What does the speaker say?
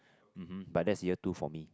um hmm but that's year two for me